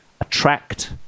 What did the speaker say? attract